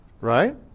Right